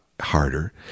harder